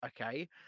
okay